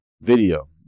video